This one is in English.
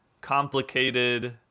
complicated